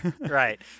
Right